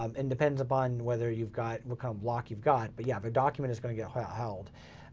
um and depends upon whether you've got, what kind of block you've got, but yeah, the document is gonna get held.